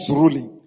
ruling